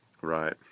Right